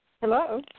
Hello